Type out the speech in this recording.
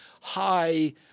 high